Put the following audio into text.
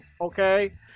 Okay